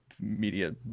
media